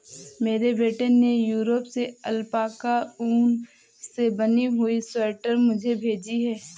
मेरे बेटे ने यूरोप से अल्पाका ऊन से बनी हुई स्वेटर मुझे भेजी है